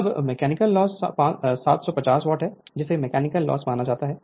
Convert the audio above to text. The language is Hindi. अब मैकेनिकल लॉस 750 वाट है जिसे मैकेनिकल लॉस माना जाता है